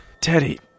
Teddy